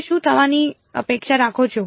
તમે શું થવાની અપેક્ષા રાખો છો